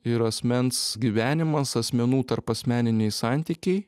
ir asmens gyvenimas asmenų tarpasmeniniai santykiai